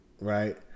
right